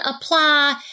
apply